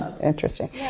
Interesting